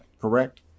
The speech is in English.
Correct